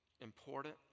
important